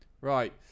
Right